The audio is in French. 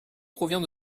provient